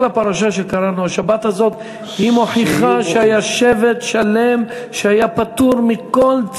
כל הפרשה שקראנו השבת הזאת מוכיחה שהיה שבט שלם שהיה פטור מכל,